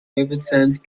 overturned